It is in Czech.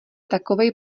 takovej